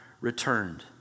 returned